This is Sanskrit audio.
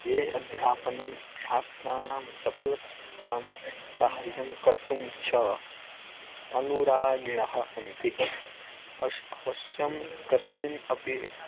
ये अध्यापनं छात्राणां सफलतानां सहाय्यं कर्तुं च अनुरागिणः सन्ति अश् अवश्यं कस्मिन् अपि